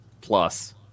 Plus